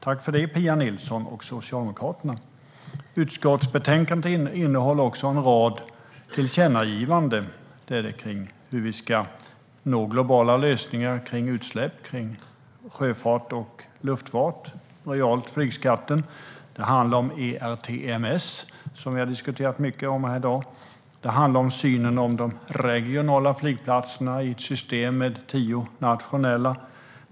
Tack för det, Pia Nilsson och Socialdemokraterna! Utskottsbetänkandet innehåller också en rad tillkännagivanden om hur vi ska nå globala lösningar för utsläpp från sjöfart och luftfart, realt flygskatten. Det handlar om ERTMS, som vi har diskuterat mycket här i dag. Det handlar om synen på de regionala flygplatserna i ett system med tio nationella.